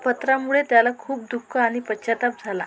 पत्रामुळे त्याला खूप दु ख आणि पश्चात्ताप झाला